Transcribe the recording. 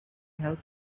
help